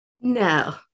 No